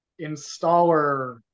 installer